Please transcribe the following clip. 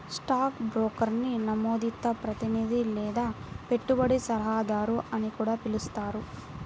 stock బ్రోకర్ని నమోదిత ప్రతినిధి లేదా పెట్టుబడి సలహాదారు అని కూడా పిలుస్తారు